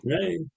Hey